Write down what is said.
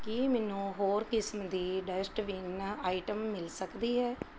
ਕੀ ਮੈਨੂੰ ਹੋਰ ਕਿਸਮ ਦੀ ਡਸਟਬਿਨਾਂ ਆਈਟਮ ਮਿਲ਼ ਸਕਦੀ ਹੈ